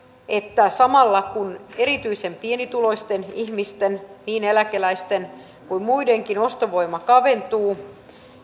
että samalla kun erityisen pienituloisten ihmisten niin eläkeläisten kuin muidenkin ostovoima kaventuu